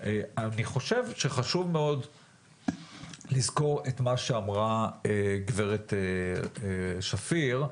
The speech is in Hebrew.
אני חושב שחשוב מאוד לזכור את מה שאמרה גב' שפיר.